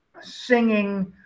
singing